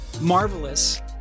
marvelous